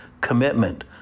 commitment